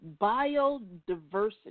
biodiversity